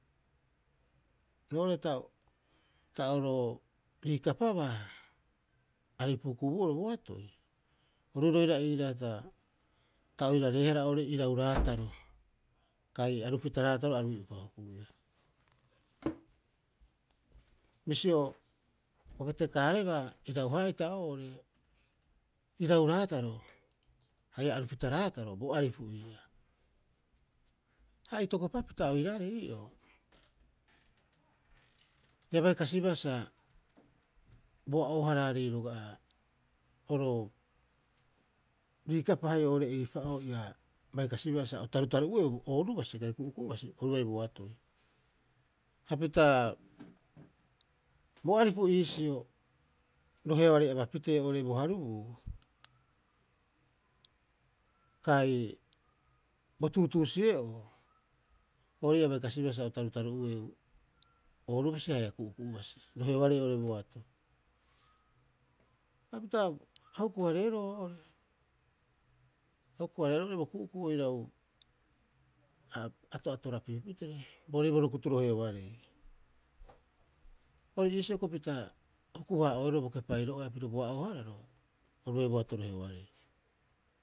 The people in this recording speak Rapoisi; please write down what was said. Roo'ore ta, ta oro riikapabaa, aripu hukubuu'oro boatoi, oru roira iiraa ta, ta oirareehara oo'ore irau raataro kai arupita raataro a rui'uropa hukuiia. Bisio o betekaareba ira- haa'ita oo'ore irau raataro haia arupita raataro bo aripu ii'aa. Ha itokopapita oiraarei ii'oo, ia bai kasibaa sa bo a'oo- haraarei roga'a oro riikapahe oo'ore eipa'oo ia bai kasiba sa o tarutaru'ueu ooru basi kai ku'uku'u basi oru bai boatoi. Hapita bo aripu iisio roheoarei aba pitee oo'ore bo harubuu kai bo tuutuusi'e'oo oo'ore ia bai kasiba a o tarutaru'ueu ooru basi haia ku'uku'u basi roheoarei oo'ore boato. Hapita a huku- hareeroo oo'ore, a huku- hareeroo bo ku'uku'u oirau a ato'atorapiu pitere boorii bo rukutu roheoarei. Ori iisio pita huku- haa'oeroo bo kepairo'oea piro bo a'oohararo oru bai boato roheoarei.